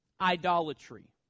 idolatry